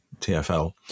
tfl